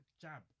jab